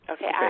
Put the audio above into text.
Okay